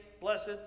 blessed